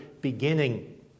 beginning